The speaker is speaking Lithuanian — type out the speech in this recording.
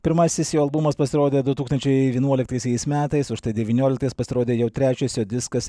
pirmasis jo albumas pasirodė du tūkstančiai vienuoliktaisiais metais užtat devynioliktais pasirodė jau trečias jo diskas